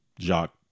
Jacques